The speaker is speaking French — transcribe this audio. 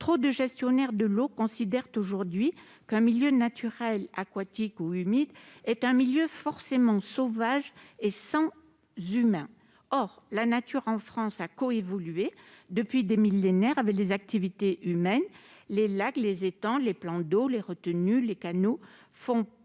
trop de gestionnaires de l'eau considèrent aujourd'hui qu'un milieu naturel aquatique ou humide est forcément sauvage et sans humain. Or la nature en France a évolué depuis des millénaires avec les activités humaines : les lacs, les étangs, les plans d'eau, les retenues, les canaux font aussi